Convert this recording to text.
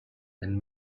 and